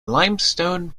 limestone